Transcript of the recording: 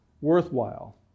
worthwhile